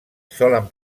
solen